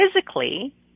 physically